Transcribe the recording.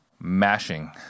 mashing